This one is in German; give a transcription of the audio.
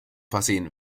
versehen